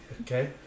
Okay